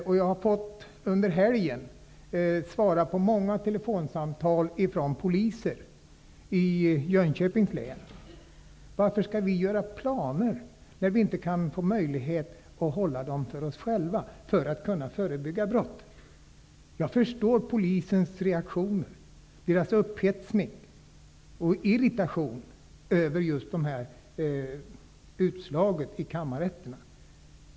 I helgen fick jag ta emot många telefonsamtal från poliser i Jönköpings län. Varför skall vi upprätta planer när vi inte får möjligheter att hålla dem för oss själva för att därmed kunna förebygga brott? frågar de. Jag förstår polisernas reaktioner, dvs. deras upphetsning och irritation över just det här utslaget i kammarrätterna.